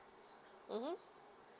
mmhmm